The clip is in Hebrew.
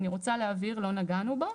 אני רוצה להבהיר, לא נגענו בו.